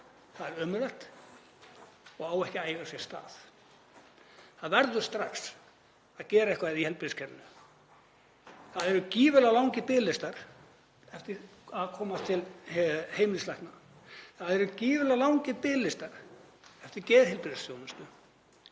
er ömurlegt og á ekki að eiga sér stað. Það verður strax að gera eitthvað í heilbrigðiskerfinu. Það eru gífurlegar langir biðlistar eftir að komast til heimilislækna. Það eru gífurlegar langir biðlistar eftir geðheilbrigðisþjónustu.